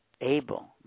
able